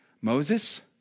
Moses